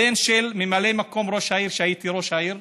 הבן של ממלא מקום ראש העיר, כשהייתי ראש העיר.